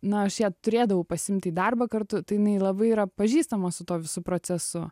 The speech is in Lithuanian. na aš ją turėdavau pasiimt į darbą kartu tai jinai labai yra pažįstama su tuo visu procesu